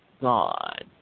God